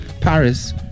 paris